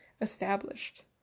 established